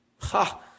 Ha